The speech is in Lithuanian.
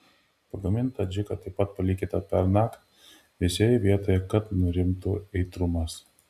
pagamintą adžiką taip pat palikite pernakt vėsioje vietoje kad nurimtų aitrumas